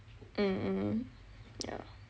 mm mm yah